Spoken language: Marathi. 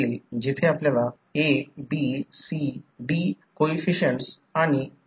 इतर मध्ये असे केल्यास हे दोन अॅडिटिव्ह आढळतील कारण हँड रूल यानुसार लागू करा